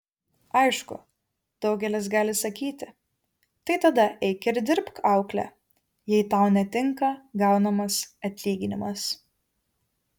aišku daugelis gali sakyti tai tada eik ir dirbk aukle jei tau netinka gaunamas atlyginimas